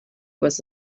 was